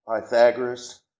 Pythagoras